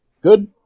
Good